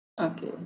Okay